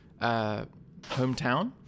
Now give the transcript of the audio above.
hometown